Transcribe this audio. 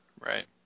Right